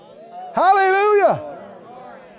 Hallelujah